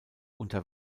unter